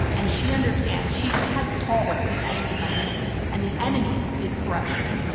and she understands. she has called the enemy by name, and the enemy is corruption.